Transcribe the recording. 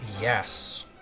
yes